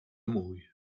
mój